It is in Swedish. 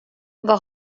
vad